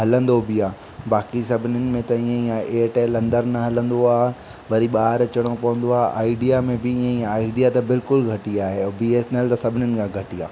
हलंदो बि आहे बाक़ी सभनीनि में त ईअं ई आहे एयरटेल अंदरि न हलंदो आहे वरी ॿाहिर अचणो पवंदो आहे आईडिया में बि ईअं ई आहे आईडिया त बिल्कुल घटिया आहे ऐं बीएसनल त सभिनीनि खां घटिया